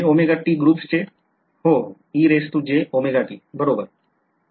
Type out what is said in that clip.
तुम्हाला विरुद्ध कार्य का करावं लागेल